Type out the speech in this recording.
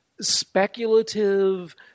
speculative